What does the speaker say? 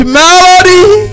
melody